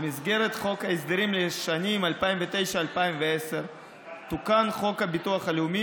במסגרת חוק ההסדרים לשנים 2010-2009 תוקן חוק הביטוח הלאומי